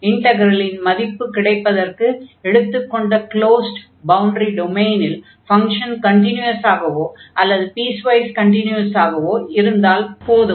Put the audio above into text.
இன்டக்ரலின் மதிப்பு கிடைப்பதற்கு எடுத்துக் கொண்ட க்ளோஸ்டு பவுண்டரி டொமைனில் ஃபங்ஷன் கன்டினியுவஸாகவோ அல்லது பீஸ்வைஸ் கன்டினியுவஸாகவோ இருந்தால் போதும்